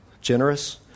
generous